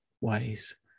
ways